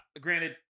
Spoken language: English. granted